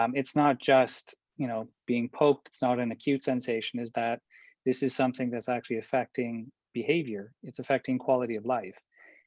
um it's not just, you know, being poked, it's not an acute sensation is that this is something that's actually affecting behavior. it's affecting quality of life.